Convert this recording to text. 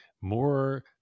more